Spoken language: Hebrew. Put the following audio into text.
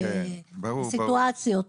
בסיטואציות.